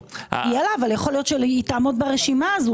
יהיה לה אבל יכול להיות שהיא תעמוד ברשימה הזאת,